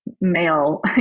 male